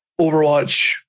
Overwatch